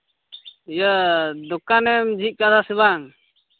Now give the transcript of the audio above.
ᱤᱭᱟᱹ ᱫᱚᱠᱟᱱᱮᱢ ᱡᱷᱤᱡ ᱠᱟᱫᱟ ᱥᱮ ᱵᱟᱝ